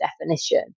definition